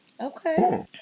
Okay